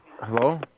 Hello